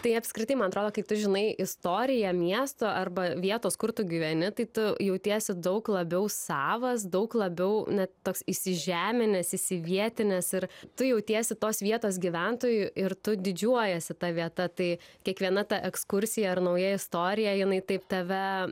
tai apskritai man atrodo kai tu žinai istoriją miesto arba vietos kur tu gyveni tai tu jautiesi daug labiau savas daug labiau ne toks įsižeminęs įsivietinęs ir tu jautiesi tos vietos gyventoju ir tu didžiuojiesi ta vieta tai kiekviena ta ekskursija ar nauja istorija jinai taip tave